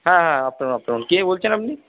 হ্যাঁ হ্যাঁ কে বলছেন আপনি